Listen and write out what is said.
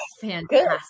fantastic